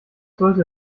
sollte